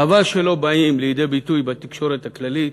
חבל שאינה באה לידי ביטוי בתקשורת הכללית